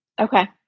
Okay